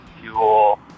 fuel